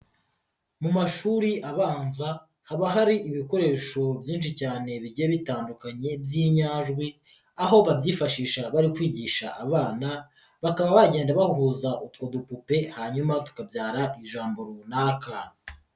Mu mashuri abanza haba hari ibikoresho byinshi cyane bigiye bitandukanye by'inyajwi aho babyifashisha bari kwigisha abana bakaba bagenda bahuza utwo dupupe hanyuma tukabyara ijambo runaka.